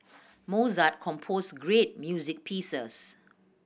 Mozart composed great music pieces